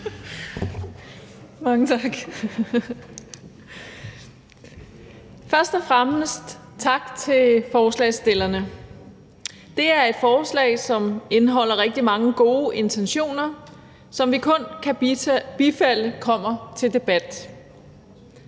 Mange tak. Først og fremmest tak til forslagsstillerne. Det er et forslag, som indeholder rigtig mange gode intentioner, som vi kun kan bifalde kommer til debat.